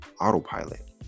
autopilot